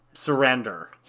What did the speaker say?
Surrender